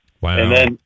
Wow